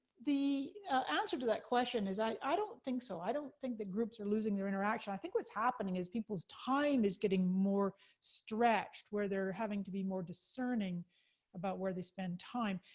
the answer to that question, is i i don't think so, i don't think that groups are losing their interaction. i think what's happening is people's time is getting more stretched, where they're having to be more discerning about where they spend time.